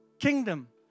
Kingdom